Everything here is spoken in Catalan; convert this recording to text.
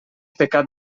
pecat